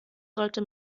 sollte